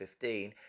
2015